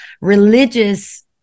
religious